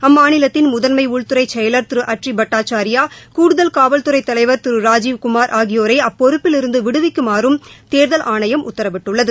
அம்மாநிலத்தின் முதன்மை உள்துறை செயலர் திரு அட்ரி பட்டாச்சாரியா கூடுதல் காவல்துறை தலைவர் ராஜீவ் திரு குமாரை அப்பொறுப்பில் இருந்து விடுவிக்குமாறும் தேர்தல் ஆணையம் உத்தரவிட்டுள்ளது